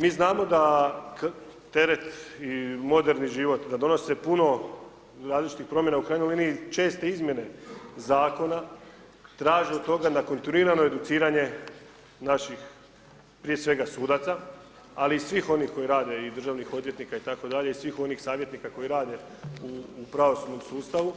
Mi znamo da teret i moderni život da donose puno različitih promjena, u krajnjoj liniji česte izmjene Zakona, traže od toga na kontinuirano educiranje naših, prije svega, sudaca, ali i svih onih koji rade i državnih odvjetnika itd., i svih onih savjetnika koji rade u pravosudnom sustavu,